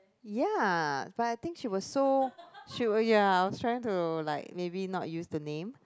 ya but I think she was so she w~ ya I was trying to like maybe not use the name